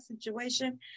situation